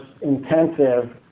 intensive